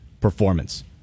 performance